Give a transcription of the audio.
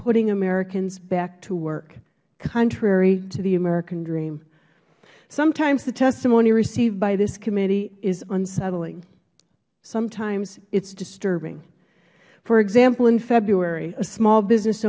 putting americans back to work contrary to the american dream sometimes the testimony received by this committee is unsettling sometimes it is disturbing for example in february a small business